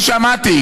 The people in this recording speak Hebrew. אני שמעתי.